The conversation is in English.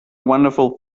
wonderful